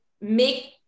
make